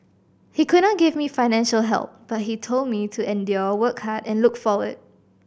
he could not give me financial help but he told me to endure work hard and look forward